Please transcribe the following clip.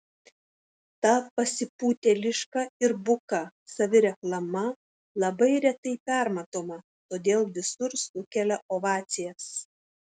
ta pasipūtėliška ir buka savireklama labai retai permatoma todėl visur sukelia ovacijas